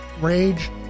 rage